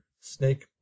Snake